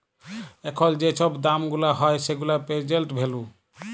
এখল যে ছব দাম গুলা হ্যয় সেগুলা পের্জেল্ট ভ্যালু